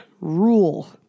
rule